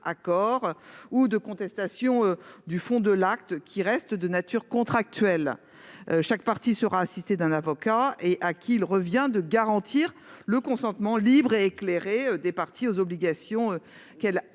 ou de contestation du fond de l'acte, qui reste de nature contractuelle. Chaque partie sera assistée d'un avocat, à qui il revient de garantir le consentement libre et éclairé des parties aux obligations auxquelles elles